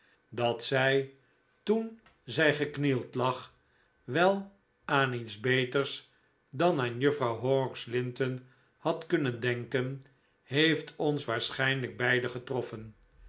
dat zij toen zij geknield lag wel aan iets beters dan aan juffrouw horrocks linten had kunnen denken heeft ons waarschijnlijk beiden getroffen